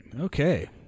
Okay